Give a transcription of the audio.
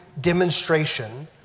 demonstration